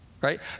Right